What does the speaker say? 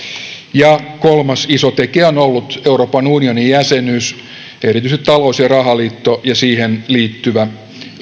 ja kolmas iso tekijä on ollut euroopan unionin jäsenyys erityisesti talous ja rahaliitto ja siihen liittyvä